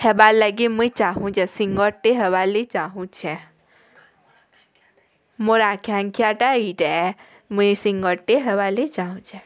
ହେବାର୍ ଲାଗି ମୁଇଁ ଚାହୁଁଛେ ସିଙ୍ଗରଟେ ହେବାର୍ ଲାଗି ଚାହୁଁଛେ ମୋର୍ ଆକାଂକ୍ଷାଟା ଏଇଟା ଏ ମୁଇଁ ସିଙ୍ଗ୍ରଟେ ହେବାର୍ ଲାଗି ଚାହୁଁଛେ